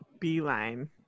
beeline